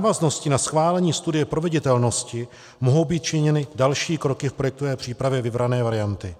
V návaznosti na schválení studie proveditelnosti mohou být činěny další kroky v projektové přípravě vybrané varianty.